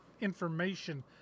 information